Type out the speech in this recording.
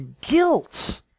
guilt